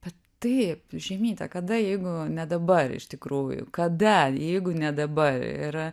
kad taip žeimyte kada jeigu ne dabar iš tikrųjų kada jeigu ne dabar ir